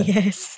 Yes